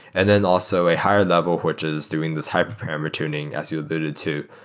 and then also a higher level, which is doing this hyperparameter turning as you alluded to,